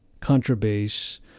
contrabass